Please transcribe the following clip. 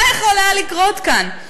מה יכול היה לקרות כאן?